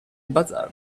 bazar